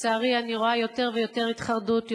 לצערי אני רואה יותר ויותר התחרדות,